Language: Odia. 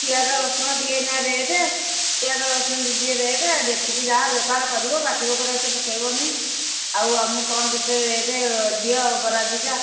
ପିଆଜ ରସୁଣ ଟିକେ ଏନା ରେଟ୍ ପିଆଜ ରସୁଣ ଟିକେ ଟିକେ ରେଟ୍ ଦେଖିକି ଯାହା ବେପାର କରିବ ବାକି ବକରା ଏତେ ପକେଇବନି ଆଉ ଆମକୁ କ'ଣ କେତେ ରେଟ୍ ଦିଅ ବରା ଦୁଇଟା